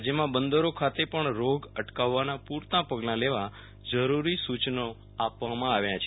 રાજ્યમાં બંદરો ખાતે પણ રોગ અટકાવવાના પૂરતા પગલાં લેવા જરૂરી સૂચનો આપવામાં આવ્યા છે